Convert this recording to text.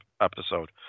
episode